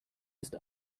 ist